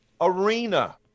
arena